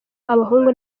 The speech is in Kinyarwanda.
abahungu